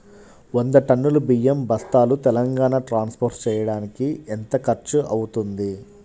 వంద టన్నులు బియ్యం బస్తాలు తెలంగాణ ట్రాస్పోర్ట్ చేయటానికి కి ఎంత ఖర్చు అవుతుంది?